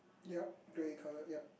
yup grey colour yup